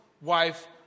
wife